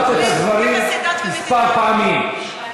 עניינים מדיניים --- אמרת דברים כמה פעמים.